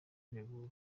kwiregura